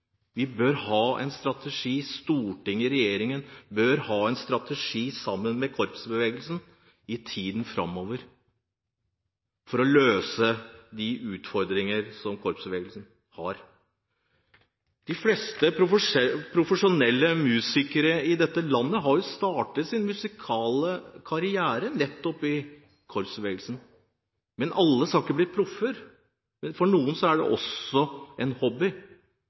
regjeringen bør ha en strategi sammen med korpsbevegelsen i tiden framover for å løse de utfordringer som korpsbevegelsen har. De fleste profesjonelle musikere i dette landet har startet sin musikalske karriere nettopp i korpsbevegelsen. Men alle skal ikke bli proffer. For noen er det også en hobby.